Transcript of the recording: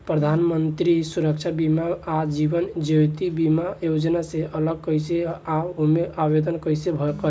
प्रधानमंत्री सुरक्षा बीमा आ जीवन ज्योति बीमा योजना से अलग कईसे बा ओमे आवदेन कईसे करी?